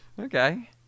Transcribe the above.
Okay